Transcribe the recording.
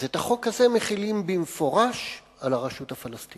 אז את החוק הזה מחילים במפורש על הרשות הפלסטינית.